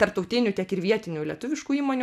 tarptautinių tiek ir vietinių lietuviškų įmonių